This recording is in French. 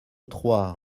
trois